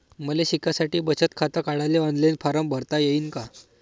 मले शिकासाठी बचत खात काढाले ऑनलाईन फारम भरता येईन का?